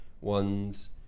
ones